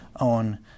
own